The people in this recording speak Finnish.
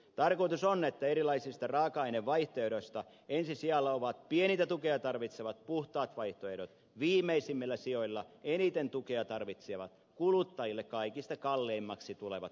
tarkoitus on että erilaisista raaka ainevaihtoehdoista ensi sijalla ovat pienintä tukea tarvitsevat puhtaat vaihtoehdot viimeisimmillä sijoilla eniten tukea tarvitsevat kuluttajille kaikista kalleimmaksi tulevat vaihtoehdot